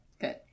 Good